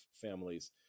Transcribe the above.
families